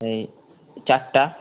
এই চারটা